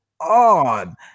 on